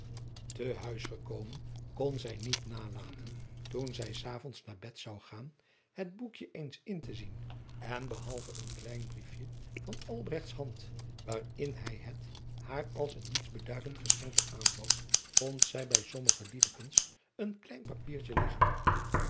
te huis gekomen kon zij niet nalaten toen zij s avonds naar bed zou gaan het boekje eens in te zien en behalve een klein briefje van albrechts hand waarin hij adriaan loosjes pzn het leven van hillegonda buisman het haar als een niets beduidend geschenkje aanbood vond zij bij sommige liedekens een klein papiertje liggen